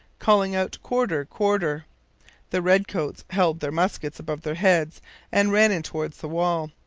calling out quarter, quarter the redcoats held their muskets above their heads and ran in towards the wall.